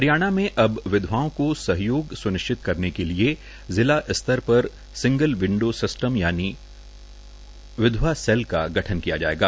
ह रयाणा म अब वधवाओं को सहयोग सु न चित करने के लए जिला तर पर संगल वंडो स टम अथात वधवा सेल का गठन कया जायेगा